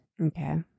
Okay